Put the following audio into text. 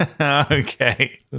Okay